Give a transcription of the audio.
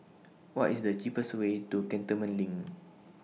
What IS The cheapest Way to Cantonment LINK